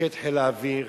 מפקד חיל האוויר,